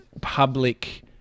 public